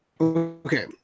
Okay